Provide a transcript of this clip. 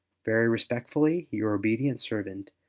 very respectfully, your obedient servant,